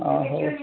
ଅ ହଉ